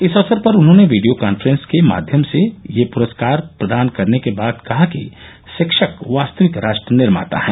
इस अवसर पर उन्होंने वीडियो कॉक्फ्रेंस के माध्यम से ये पुरस्कार प्रदान करने के बाद कहा कि रिक्षक वास्तविक राष्ट्र निर्माता हैं